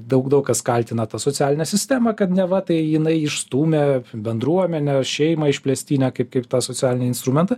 daug daug kas kaltina tą socialinę sistemą kad neva tai jinai išstūmė bendruomenę šeimą išplėstinę kaip kaip tą socialinį instrumentą